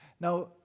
Now